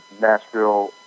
Nashville